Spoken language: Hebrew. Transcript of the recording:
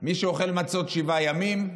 מי שאוכל מצות שבעה ימים?